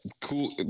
Cool